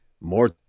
more